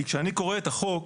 כי כשאני קורא את החוק,